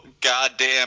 goddamn